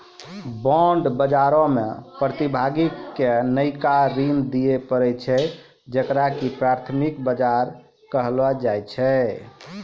bond बजारो मे प्रतिभागी के नयका ऋण दिये पड़ै छै जेकरा की प्राथमिक बजार कहलो जाय छै